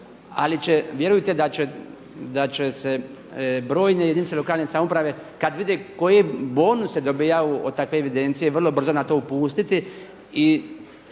će, vjerujte da će se brojne jedinice lokalne samouprave kada vide koje bonuse dobivaju od takve evidencije vrlo brzo na to upustiti.